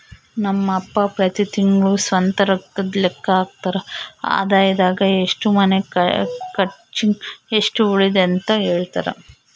ನಮ್ ಅಪ್ಪ ಪ್ರತಿ ತಿಂಗ್ಳು ಸ್ವಂತ ರೊಕ್ಕುದ್ ಲೆಕ್ಕ ಹಾಕ್ತರ, ಆದಾಯದಾಗ ಎಷ್ಟು ಮನೆ ಕರ್ಚಿಗ್, ಎಷ್ಟು ಉಳಿತತೆಂತ ಹೆಳ್ತರ